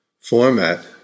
format